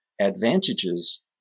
advantages